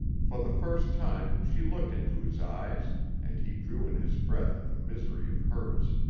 for the first time she looked into his eyes and he drew in his breath at the misery of hers.